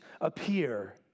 appear